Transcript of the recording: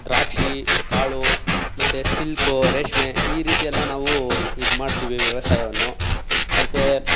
ದ್ರಾಕ್ಷಿ ಕಾಳು ಮತ್ತು ಸಿಲ್ಕು ರೇಷ್ಮೆ ಈ ರೀತಿಯೆಲ್ಲ ನಾವು ಇದು ಮಾಡ್ತೀವಿ ವ್ಯವಸಾಯವನ್ನು ಮತ್ತು